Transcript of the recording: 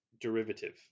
derivative